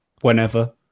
whenever